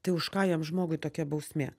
tai už ką jam žmogui tokia bausmė